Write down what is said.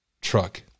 truck